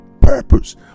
purpose